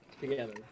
together